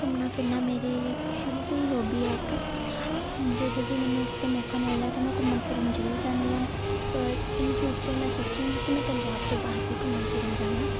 ਘੁੰਮਣਾ ਫਿਰਨਾ ਮੇਰੀ ਸ਼ੁਰੂ ਤੋਂ ਹੀ ਹੋਬੀ ਹੈ ਇੱਕ ਜਦੋਂ ਵੀ ਮੈਨੂੰ ਕਿਤੇ ਮੌਕਾ ਮਿਲਦਾ ਤਾਂ ਮੈਂ ਘੁੰਮਣ ਫਿਰਨ ਜ਼ਰੂਰ ਜਾਂਦੀ ਹਾਂ ਪਰ ਇਨ ਫਿਊਚਰ ਮੈਂ ਸੋਚਾਂਗੀ ਕਿ ਮੈਂ ਪੰਜਾਬ ਤੋਂ ਬਾਹਰ ਵੀ ਘੁੰਮਣ ਫਿਰਨ ਜਾਵਾਂ